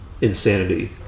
insanity